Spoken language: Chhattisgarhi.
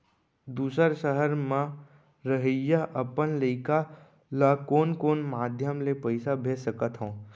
दूसर सहर म रहइया अपन लइका ला कोन कोन माधयम ले पइसा भेज सकत हव?